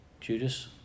Judas